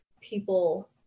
people